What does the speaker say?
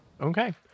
Okay